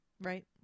Right